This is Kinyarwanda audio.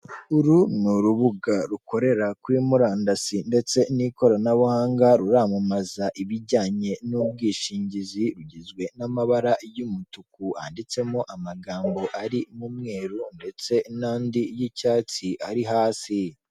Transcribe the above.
Uru ni urubuga rukorera kuri murandasi ndetse n'ikoranabuhanga, ruramamaza ibijyanye n'ubwishingizi, rugizwe n'amabara y'umutuku handitsemo amagambo ari mu mweru ndetse n'andi y'icyatsi ari hasi.